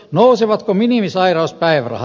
nousevatko minimisairauspäivärahat